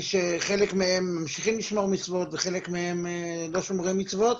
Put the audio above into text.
כשחלק מהם ממשיכים לשמור מצוות וחלק מהם לא שומרי מצוות.